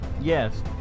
Yes